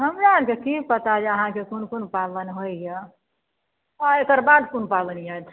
हमरा आरके कि पता जे अहाँके कोन कोन पाबनि होइए आओर एकर बाद कोन पाबनि अछि